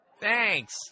thanks